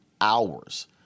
hours